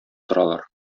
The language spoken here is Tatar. торалар